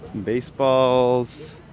baseballs,